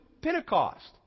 Pentecost